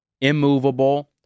immovable